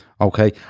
Okay